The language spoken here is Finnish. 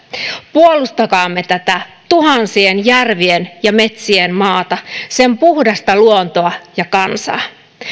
puolustakaamme tätä tuhansien järvien ja metsien maata sen puhdasta luontoa ja kansaa